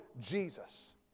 jesus